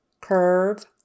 curve